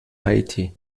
haiti